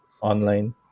online